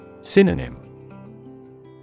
Synonym